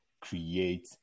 create